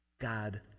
God